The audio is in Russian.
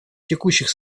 текущих